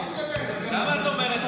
למה את אומרת סתם?